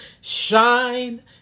Shine